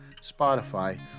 spotify